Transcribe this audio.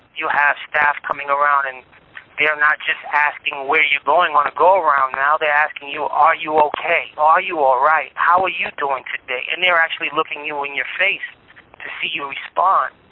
have staff coming around and they're not just asking, where are you going? on a go-around now. they're asking you, are you okay? or are you all right? how are you doing today? and they're actually looking you in your face to see you respond.